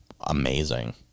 amazing